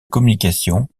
communication